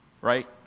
Right